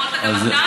יכולת גם אתה,